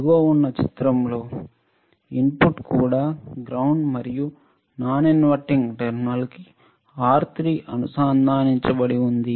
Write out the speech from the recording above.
దిగువ ఉన్న చిత్రం లో ఇన్పుట్ కూడా గ్రౌండ్ మరియు నాన్ ఇన్వర్టింగ్టెర్మినల్ కి R3 అనుసంధానించబడి ఉంది